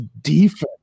defense